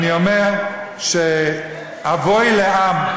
אני אומר שאבוי לעם,